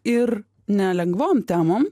ir nelengvom temom